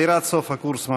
אווירת סוף קורס ממש.